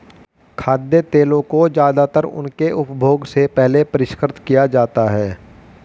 खाद्य तेलों को ज्यादातर उनके उपभोग से पहले परिष्कृत किया जाता है